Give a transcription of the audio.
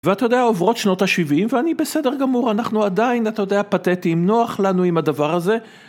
ואתה יודע עוברות שנות השבעים ואני בסדר גמור אנחנו עדיין אתה יודע פתטיים נוח לנו עם הדבר הזה.